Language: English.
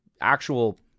actual